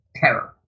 terror